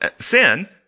sin